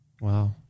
Wow